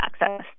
access